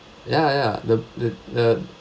ya ya the the the